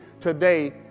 today